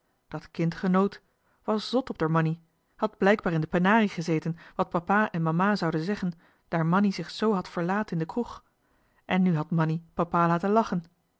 dat kind genoot was zot op d'er mannie had blijkbaar in de penarie gezeten wat papa en mama zouden zeggen daar mannie zich z had verlaat in de kroeg en nu had mannie papa laten lachen